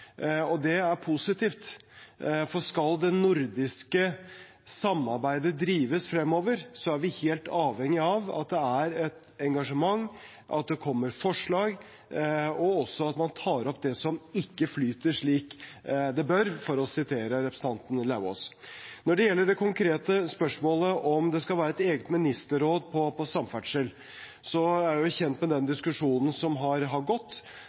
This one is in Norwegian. Og det er positivt, for skal det nordiske samarbeidet drives fremover, er vi helt avhengige av at det er et engasjement, at det kommer forslag, og også at man tar opp det «som ikke flyter som det skal», for å sitere representanten Lauvås. Når det gjelder det konkrete spørsmålet om det skal være et eget ministerråd for samferdsel, er jeg kjent med den diskusjonen som har gått. Det som har